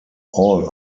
all